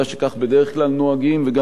וגם משום שההיגיון מחייב